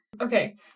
Okay